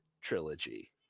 trilogy